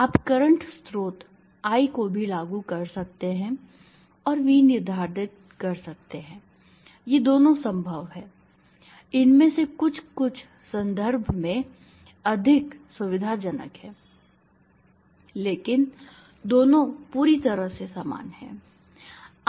आप करंट स्रोत I को भी लागू कर सकते हैं और V निर्धारित कर सकते हैं ये दोनों संभव हैं इनमें से कुछ कुछ संदर्भ में अधिक सुविधाजनक हैं लेकिन दोनों पूरी तरह से समान हैं